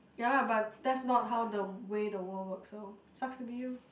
ya lah but that's not how the way the world works so sucks to be you